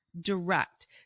direct